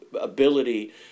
ability